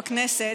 בכנסת,